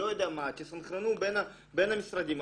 תסנכרנו בין המשרדים,